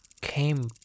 came